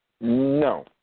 No